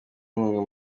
inkunga